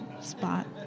spot